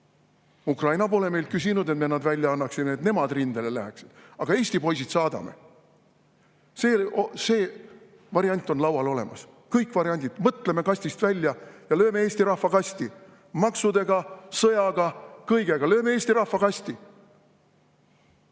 Ukraina pole meilt küsinud, et me nad välja annaksime, et nemad rindele läheksid, aga Eesti poisid saadame. See variant on laual, kõik variandid on: mõtleme kastist välja ja lööme Eesti rahva kasti. Maksudega, sõjaga, kõigega – lööme Eesti rahva kasti.